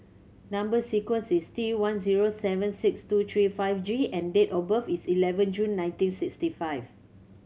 number sequence is T one zero seven six two three five G and date of birth is eleven June nineteen sixty five